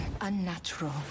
unnatural